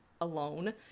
alone